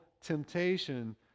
temptation